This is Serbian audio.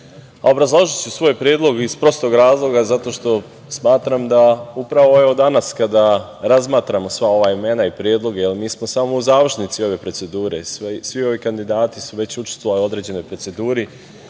nastavi. Obrazložiću svoj predlog iz prostog razloga zato što smatram da upravo danas kada razmatramo sva ova imena i predloge, mi smo u završnici ove procedure, jer svi ovi kandidati su već učestvovali u određenoj proceduri